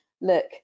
look